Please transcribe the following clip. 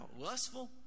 lustful